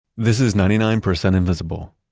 this is ninety nine percent invisible.